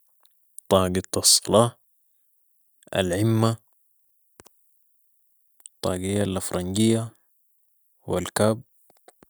طاقية الصلاة ، العمة ، الطاقية الافرنجية و<cap>